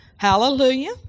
Hallelujah